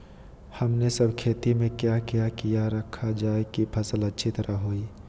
हमने सब खेती में क्या क्या किया रखा जाए की फसल अच्छी तरह होई?